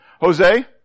Jose